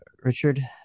richard